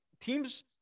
teams –